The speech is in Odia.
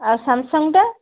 ଆଉ ସାମସଙ୍ଗ୍ଟା